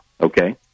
Okay